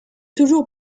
toujours